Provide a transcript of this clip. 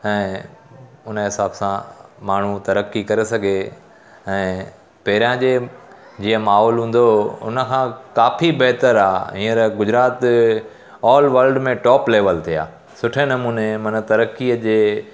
ऐं हुन जे हिसाब सां माण्हू तरक़ी करे सघे ऐं पहिरियां जे जीअं माहोल हूंदो हुओ हुन खां काफ़ी बहितरु आहे हींअर गुजरात ऑल वल्ड में टॉप लैवल ते आहे सुठे नमूने मन तरक़ीअ जे